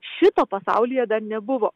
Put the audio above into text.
šito pasaulyje dar nebuvo